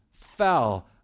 fell